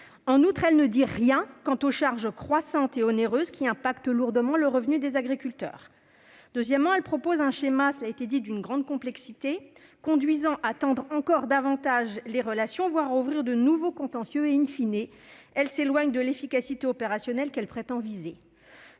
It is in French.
En outre, elle ne dit rien sur les charges croissantes et onéreuses qui affectent lourdement le revenu des agriculteurs. Deuxièmement, cela a été souligné, elle propose un schéma d'une grande complexité, conduisant à tendre encore davantage les relations, voire à ouvrir de nouveaux contentieux., elle s'éloigne de l'efficacité opérationnelle qu'elle prétend viser.